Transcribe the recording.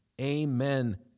Amen